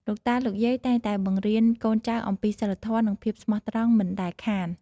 លោកតា លោកយាយតែងតែបង្រៀនកូនចៅអំពីសីលធម៌ និងភាពស្មោះត្រង់មិនដែលខាន។